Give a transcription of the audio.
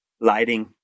lighting